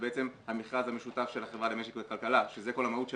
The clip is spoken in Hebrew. בעצם המכרז המשותף של החברה למשק וכלכלה שזה כל המהות שלו.